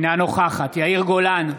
אינה נוכחת יאיר גולן,